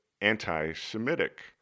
anti-Semitic